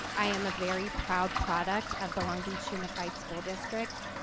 i am a very proud product of the long beach unified school district.